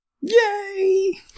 Yay